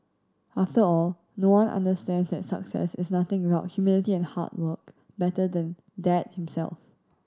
after all no one understands that success is nothing without humility and hard work better than dad himself